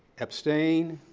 abstain.